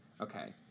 Okay